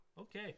Okay